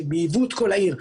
בייבו את כל העיר.